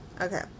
Okay